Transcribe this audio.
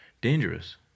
Dangerous